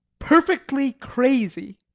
perfectly crazy.